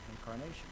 incarnation